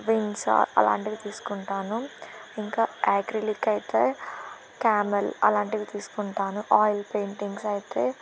wings అలాంటివి తీసుకుంటాను ఇంకా ఆక్రిలిక్ అయితే క్యామెల్ అలాంటివి తీసుకుంటాను ఆయిల్ పెయింటింగ్స్ అయితే